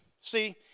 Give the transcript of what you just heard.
See